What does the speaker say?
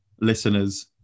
listeners